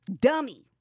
Dummy